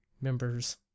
members